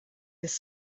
his